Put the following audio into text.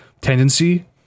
tendency